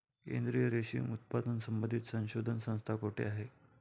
केंद्रीय रेशीम उत्पादन संबंधित संशोधन संस्था कोठे आहे?